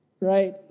right